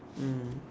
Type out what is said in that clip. mm